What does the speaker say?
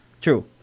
True